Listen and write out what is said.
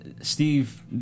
Steve